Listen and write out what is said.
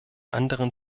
anderen